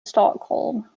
stockholm